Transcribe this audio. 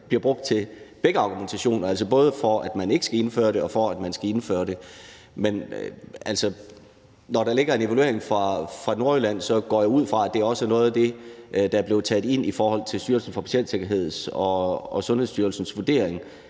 bliver brugt til begge argumentationer – altså både for, at man ikke skal indføre det, og for, at man skal indføre det. Men når der ligger en evaluering fra Nordjylland, går jeg ud fra, at det også er noget af det, der er blevet taget ind i Styrelsen for Patientsikkerheds og Sundhedsstyrelsens vurdering